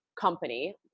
company